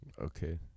Okay